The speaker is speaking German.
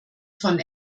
von